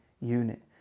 unit